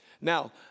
Now